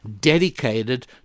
dedicated